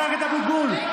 תודה רבה.